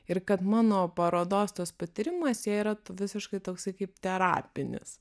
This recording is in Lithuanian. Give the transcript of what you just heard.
ir kad mano parodos tas patyrimas jai yra visiškai toksai kaip terapinis